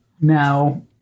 now